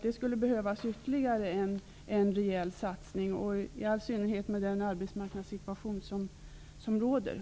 Det skulle behövas ytterligare en rejäl satsning, i all synnerhet med den arbetsmarknadssituation som råder.